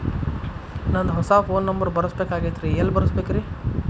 ನಂದ ಹೊಸಾ phone number ಬರಸಬೇಕ್ ಆಗೈತ್ರಿ ಎಲ್ಲೆ ಬರಸ್ಬೇಕ್ರಿ?